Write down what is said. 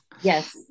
Yes